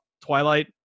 twilight